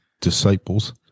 disciples